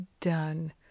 done